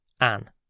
Anne